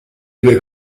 due